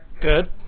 Good